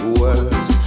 words